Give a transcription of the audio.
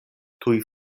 tuj